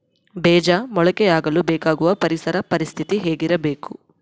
ಬೇಜ ಮೊಳಕೆಯಾಗಲು ಬೇಕಾಗುವ ಪರಿಸರ ಪರಿಸ್ಥಿತಿ ಹೇಗಿರಬೇಕು?